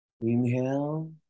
Inhale